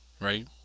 right